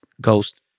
Ghost